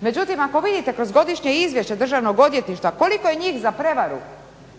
Međutim, ako vidite kroz Godišnje izvješće Državnog odvjetništva koliko je njih za prevaru,